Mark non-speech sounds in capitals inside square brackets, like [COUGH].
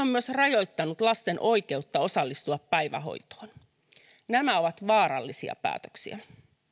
[UNINTELLIGIBLE] myös rajoittanut lasten oikeutta osallistua päivähoitoon nämä ovat vaarallisia päätöksiä